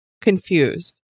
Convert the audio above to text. confused